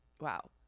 wow